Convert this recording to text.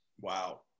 Wow